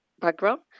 background